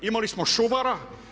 Imali smo Šuvara.